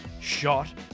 shot